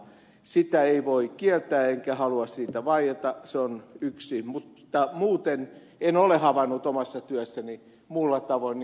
sitä ei voi kieltää enkä halua siitä vaieta mutta muuten en ole havainnut omassa työssäni niin kuin ei ed